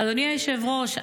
אדוני היושב-ראש,